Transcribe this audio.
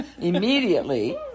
immediately